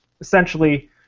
essentially